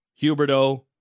Huberto